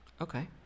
Okay